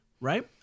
Right